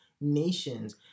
nations